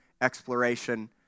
exploration